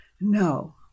No